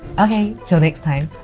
okay till next time,